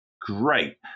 Great